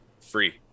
free